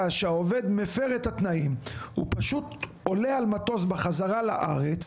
שהעובד מפר את התנאים הוא פשוט עולה על מטוס בחזרה לארץ